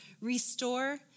restore